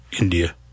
india